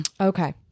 Okay